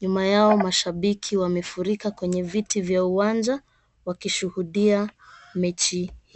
Nyuma yao, mashabiki wamefurika kwenye vitu vya uwanja, wakishuhudia mechi.